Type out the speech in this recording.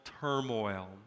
turmoil